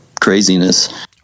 craziness